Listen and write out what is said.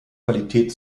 qualität